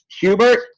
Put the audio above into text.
Hubert